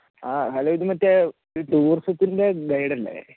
ആ ഹലോ ഇത് മറ്റേ ഈ ടൂറിസത്തിൻ്റെ ഗെയ്ഡല്ലേ